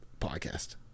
podcast